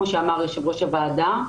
כמו שאמר יושב-ראש הוועדה.